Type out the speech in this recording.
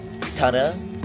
Tana